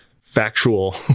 factual